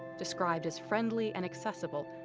described as friendly and accessible,